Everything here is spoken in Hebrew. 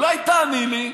אולי תעני לי?